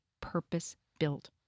purpose-built